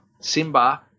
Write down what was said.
Simba